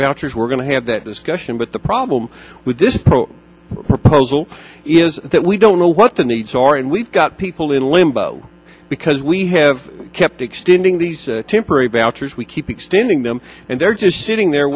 vouchers we're going to have that discussion but the problem with this proposal is that we don't know what the needs are and we've got people in limbo because we have kept extending these temporary boucher's we keep extending them and they're just sitting there